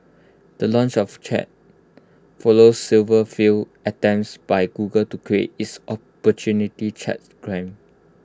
the launch of chat follows several failed attempts by Google to create its opportunity chats gram